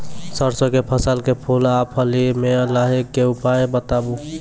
सरसों के फसल के फूल आ फली मे लाहीक के उपाय बताऊ?